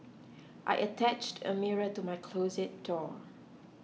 I attached a mirror to my closet door